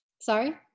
Sorry